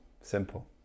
Simple